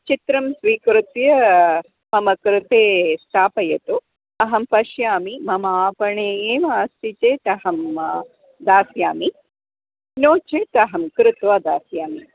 चित्रं स्वीकृत्य मम कृते स्थापयतु अहं पश्यामि मम आपणे एव अस्ति चेत् अहं दास्यामि नो चेत् अहं कृत्वा दास्यामि